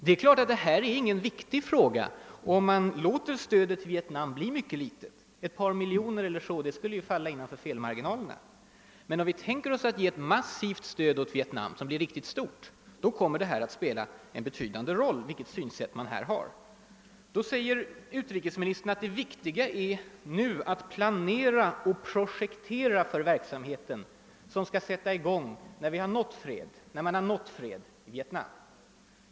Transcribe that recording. Det är klart att det här än inte är någon viktig fråga, om man låter stödet till Vietnam bli mycket litet. Ett par miljoner kronor skulle ju falla inom felmarginalerna. Men om vi tänker oss att ge ett massivt stöd åt Vietnam, ett stöd som blir mycket stort, kommer det att spela en betydande roll vilket synsätt man här har. Utrikesministern säger, att det viktiga nu är att planera och projektera för den verksamhet som skall sättas i gång när fred nåtts i Vietnam.